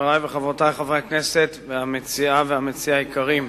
חברי וחברותי חברי הכנסת, מציעה ומציע יקרים,